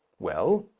well,